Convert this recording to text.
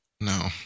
No